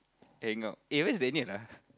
hang out eh where's Daniel ah